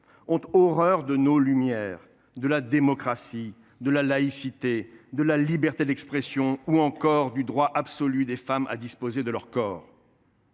ont horreur de nos lumières, de la démocratie, de la laïcité, de la liberté d’expression ou encore du droit absolu des femmes à disposer de leur corps.